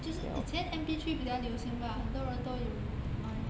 就是以前 M_P three 比较流行吧很多人都有买